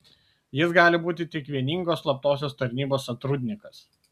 jis gali būti tik vieningos slaptosios tarnybos sotrudnikas